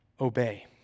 obey